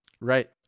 Right